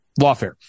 lawfare